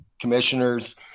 commissioners